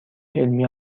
علمی